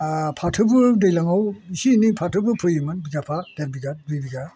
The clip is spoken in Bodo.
आ फाथोबो दैज्लांआव एसे एनै फाथोबो फोयोमोन बिगाफा देर बिगा दुय बिगा